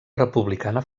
republicana